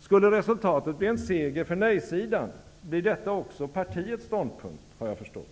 Skulle resultatet bli en seger för nej-sidan, blir detta också partiets ståndpunkt, har jag förstått.